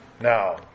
Now